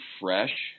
fresh